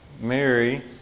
Mary